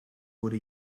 wurde